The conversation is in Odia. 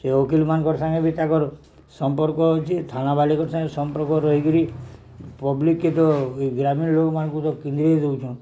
ସେ ଓକିଲମାନଙ୍କର ସାଙ୍ଗେ ବି ତାଙ୍କର ସମ୍ପର୍କ ଅଛି ଥାନାବାଲେଙ୍କର୍ ସାଙ୍ଗେ ସମ୍ପର୍କ ରହିକିରି ପବ୍ଲିକ୍କେ ତ ଏଇ ଗ୍ରାମୀଣ ଲୋକମାନଙ୍କୁ ତ କିନ୍ଦିରି ଦେଉଛନ୍